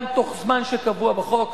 גם בתוך זמן שקבוע בחוק,